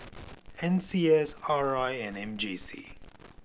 N C S R I and M J C